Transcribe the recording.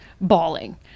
bawling